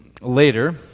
later